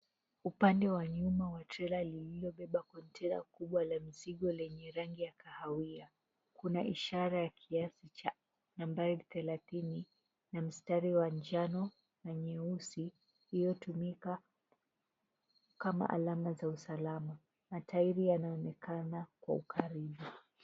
Upande wa nyuma wa trela lililobeba container kubwa la mizigo lenye rangi ya kahawia, kuna ishara ya kiasi cha nambari thelathini na mstari wa njano na nyeusi iliotumika kama alama za usalama. Matairi yanaonekana kwa ukaribu.